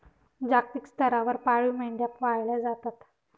जागतिक स्तरावर पाळीव मेंढ्या पाळल्या जातात